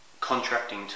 contracting